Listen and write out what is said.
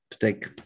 take